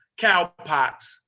cowpox